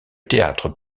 théâtre